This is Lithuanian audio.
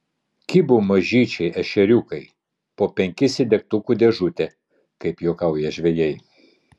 kibo mažyčiai ešeriukai po penkis į degtukų dėžutę kaip juokauja žvejai